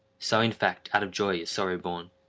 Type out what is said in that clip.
so, in fact, out of joy is sorrow born.